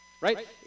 right